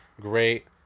great